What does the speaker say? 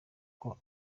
kuko